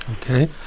Okay